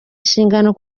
nshingano